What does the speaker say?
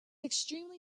extremely